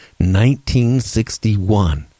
1961